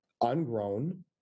ungrown